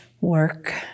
work